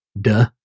Duh